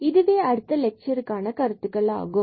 எனவே இதுவே அடுத்த லெட்சருக்கான கருத்துக்களாகும்